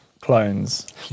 Clones